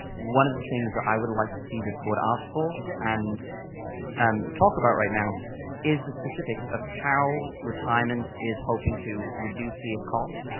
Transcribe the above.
one of the things that i would like to see this board ask for and um talk talk about right now is the specifics of how retirement is hoping to reduce the cost.